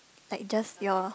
like just your